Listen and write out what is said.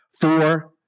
Four